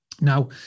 Now